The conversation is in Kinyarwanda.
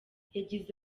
yagize